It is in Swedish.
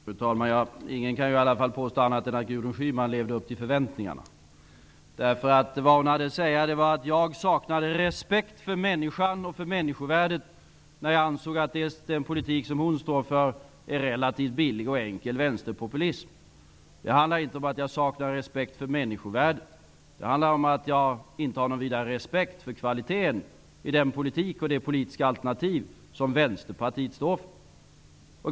Fru talman! Ingen kan i alla fall påstå annat än att Gudrun Schyman levde upp till förväntningarna. Vad hon hade att säga var att jag saknade respekt för människan och människovärdet när jag ansåg att den politik hon står för är relativt billig och enkel vänsterpopulism. Det handlar inte om att jag saknar respekt för människovärdet. Det handlar om att jag inte har någon vidare respekt för kvaliteten i den politik och det politiska alternativ som Vänsterpartiet står för.